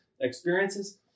experiences